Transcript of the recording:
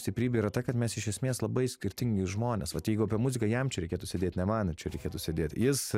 stiprybė yra ta kad mes iš esmės labai skirtingi žmonės vat jeigu apie muziką jam čia reikėtų sėdėt ne man čia reikėtų sėdėt jis